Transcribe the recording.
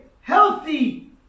healthy